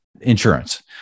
insurance